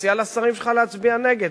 תציע לשרים שלך להצביע נגד,